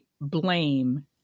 blame